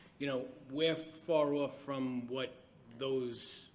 you know, we're far off from what those